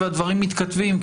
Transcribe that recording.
והדברים מתכתבים,